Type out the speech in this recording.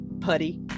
putty